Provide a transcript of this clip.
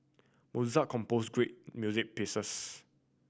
Mozart composed great music pieces